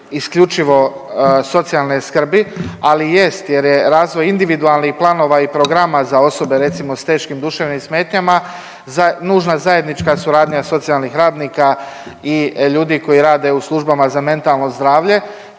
isključivo socijalne skrbi, ali jest jer je razvoj individualnih planova i programa za osobe recimo s teškim duševnim smetnjama nužna zajednička suradnja socijalnih radnika i ljudi koji rade u službama za mentalno zdravlje.